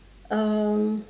um